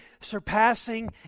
surpassing